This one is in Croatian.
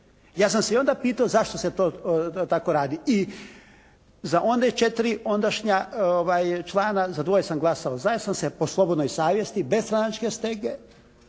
Ja sam se i onda pitao zašto se to tako radi. I za one 4 ondašnja člana, za dvoje sam glasao za jer sam se po slobodnoj savjesti bez stranačke stege,